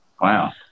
Wow